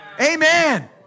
Amen